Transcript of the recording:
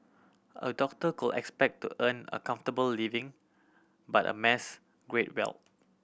a doctor could expect to earn a comfortable living but a amass great wealth